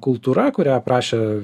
kultūra kurią aprašė